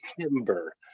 timber